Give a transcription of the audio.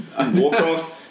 Warcraft